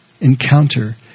encounter